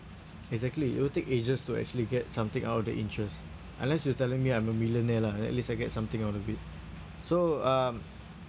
exactly it will take ages to actually get something out of the interest unless you telling me I'm a millionaire lah at least I get something out of it so um